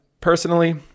personally